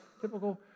typical